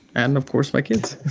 and, of course, my kids